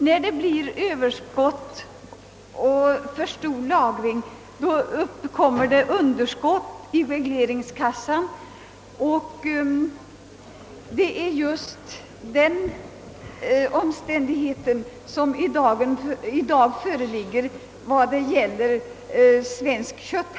När det blir överskott och för stor lagring uppkommer underskott i Svensk kötthandels regleringskassa, och det är just den situationen som i dag föreligger.